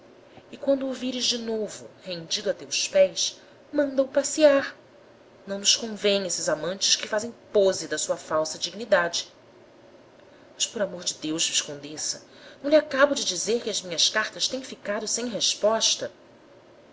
e quando o vires de novo rendido a teus pés manda o passear não nos convém esses amantes que fazem pose da sua falsa dignidade mas por amor de deus viscondessa não lhe acabo de dizer que as minhas cartas tem ficado sem resposta